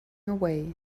away